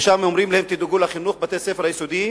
ושם אומרים להם: תדאגו לחינוך בבתי-הספר היסודיים,